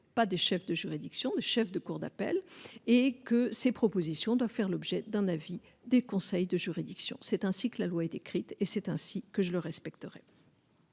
pas des chefs de juridiction de chefs de cour d'appel et que ces propositions, doit faire l'objet d'un avis des conseils de juridiction, c'est ainsi que la loi est écrite et c'est ainsi que je le respecterai,